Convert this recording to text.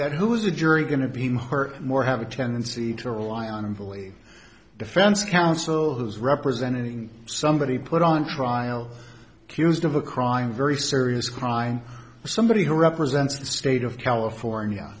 that who is a jury going to being hurt more have a tendency to rely on and fully defense counsel who is representing somebody put on trial accused of a crime very serious crime somebody who represents the state of california